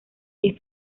que